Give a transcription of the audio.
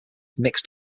mixed